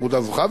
אגודה זוכה,